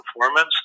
performance